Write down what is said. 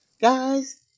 Guys